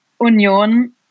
Union